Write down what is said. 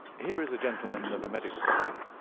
here is a gentleman of a medical type,